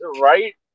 Right